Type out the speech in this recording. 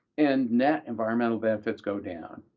and net environmental benefits go down.